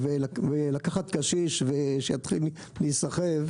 לקחת קשיש שייסחב,